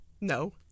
no